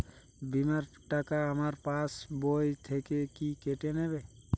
বিমার টাকা আমার পাশ বই থেকে কি কেটে নেবে?